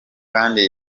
kandi